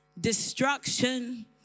Destruction